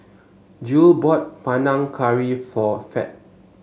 Jule bought Panang Curry for Fed